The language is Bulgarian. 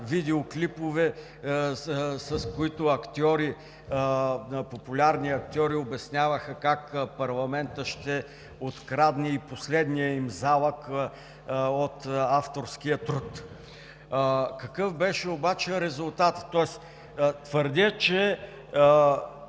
видеоклипове, с които популярни актьори обясняваха как парламентът ще открадне и последния им залък от авторския труд. Какъв беше обаче резултатът? Тоест твърдя, че